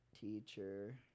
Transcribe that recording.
teacher